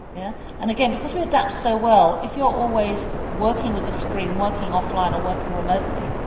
yeah and again, because we adapt so well, if you're always working with a screen, working off line or working remotely,